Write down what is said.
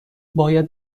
باید